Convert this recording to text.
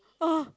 ah